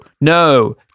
no